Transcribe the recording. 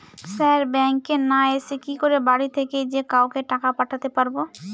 Sir ব্যাঙ্কে না এসে কি করে বাড়ি থেকেই যে কাউকে টাকা পাঠাতে পারবো?